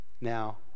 Now